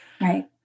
right